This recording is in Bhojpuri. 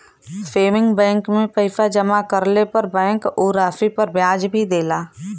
सेविंग बैंक में पैसा जमा करले पर बैंक उ राशि पर ब्याज भी देला